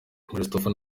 christopher